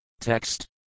Text